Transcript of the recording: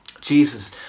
Jesus